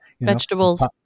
vegetables